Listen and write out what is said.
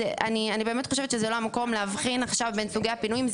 אני באמת חושבת שזה לא המקום להבחין עכשיו בין סוגי הפינויים,